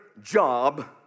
job